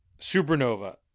Supernova